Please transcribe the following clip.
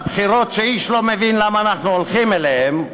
איש לא מבין למה אנחנו הולכים אליהן,